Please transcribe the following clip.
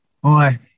Boy